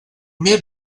made